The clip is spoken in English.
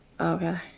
Okay